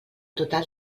total